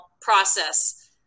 process